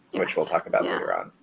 which we'll talk about more on.